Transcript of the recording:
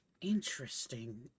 interesting